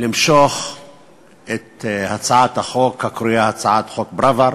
למשוך את הצעת החוק הקרויה "הצעת חוק פראוור",